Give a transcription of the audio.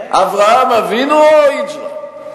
אברהם אבינו או ה"היג'רה"?